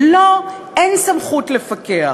שלו אין סמכות לפקח.